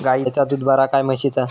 गायचा दूध बरा काय म्हशीचा?